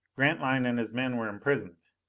grantline and his men were imprisoned.